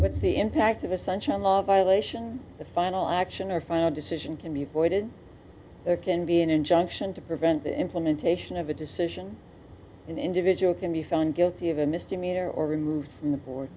what's the impact of essential law violation the final action or final decision can be avoided there can be an injunction to prevent the implementation of a decision an individual can be found guilty of a misdemeanor or removed from the board